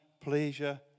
pleasure